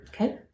Okay